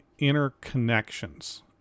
interconnections